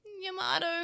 Yamato